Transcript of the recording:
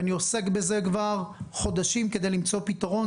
אני עוסק בזה כבר חודשים כדי למצוא פתרון.